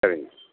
சரிங்க